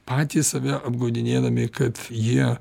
patys save apgaudinėdami kad jie